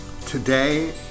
Today